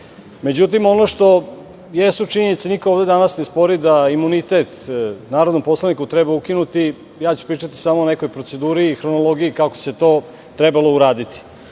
ono što jesu činjenice, niko ovde danas ne spori da imunitet narodnom poslaniku treba ukinuti. Ja ću pričati samo o nekoj proceduri i hronologiji kako se to trebalo uraditi. Ako